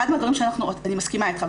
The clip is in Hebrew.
אני מסכימה איתך,